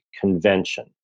convention